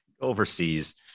Overseas